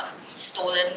stolen